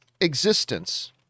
existence